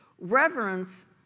Reverence